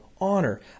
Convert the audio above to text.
honor